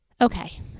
Okay